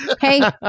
Hey